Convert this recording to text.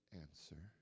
answer